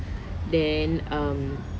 then um